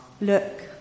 Look